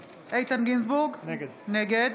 גינזבורג, נגד